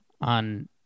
on